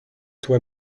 toi